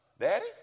Daddy